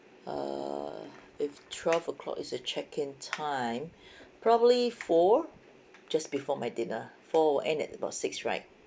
err if twelve o'clock is a check in time probably four just before my dinner four will end at about six right